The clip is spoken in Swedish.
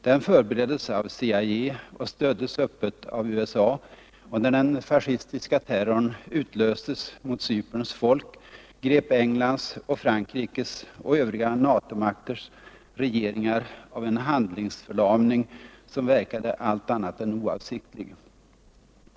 Den förbereddes av CIA och stöddes öppet av USA, och när den fascistiska terrorn utlöstes mot Cyperns folk greps Englands, Frankrikes och övriga NATO-makters regeringar av en handlingsförlamning som verkade allt annat än oavsiktlig.